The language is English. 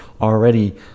already